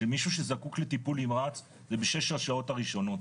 שמישהו שזקוק לטיפול נמרץ בשש השעות הראשונות,